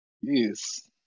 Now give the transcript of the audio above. Yes